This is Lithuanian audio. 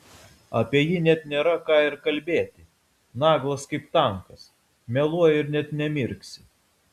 apie jį net nėra ką ir kalbėti naglas kaip tankas meluoja ir net nemirksi